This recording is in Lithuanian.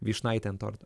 vyšnaitė ant torto